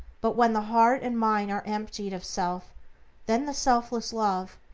but when the heart and mind are emptied of self then the selfless love,